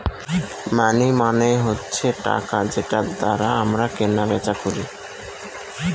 মানি মানে হচ্ছে টাকা যেটার দ্বারা আমরা কেনা বেচা করি